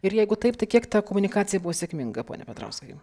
ir jeigu taip tai kiek ta komunikacija buvo sėkminga pone petrauskai